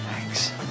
thanks